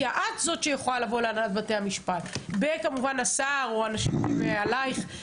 את זו שיכולה לבוא להנהלת בתי המשפט עם השר ואנשים שמעלייך,